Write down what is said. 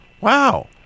wow